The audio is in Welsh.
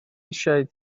eisiau